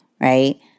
right